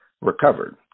recovered